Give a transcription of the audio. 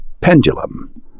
Pendulum